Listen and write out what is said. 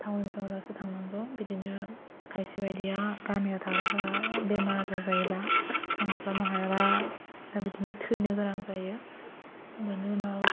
town सहरावसो थांनांगौ बिदिनो खाइसे बायदिया गामिआव थाग्राफोरा बेमार आजार जायोब्ला थांस्लाबनो हायाब्ला दा बिदिनो थैनो गोनां जायो बेनि उनाव